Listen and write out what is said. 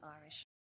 Irish